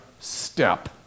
step